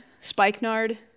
spikenard